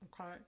okay